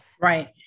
Right